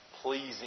Pleasing